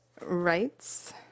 rights